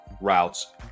routes